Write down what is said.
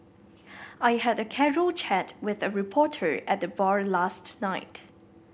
I had a casual chat with a reporter at the bar last night